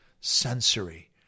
sensory